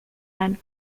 and